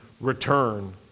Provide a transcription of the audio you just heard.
return